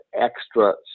extra